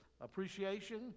appreciation